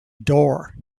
door